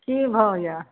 कि भाव यऽ